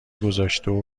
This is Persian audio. گذاشته